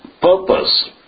purpose